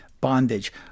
bondage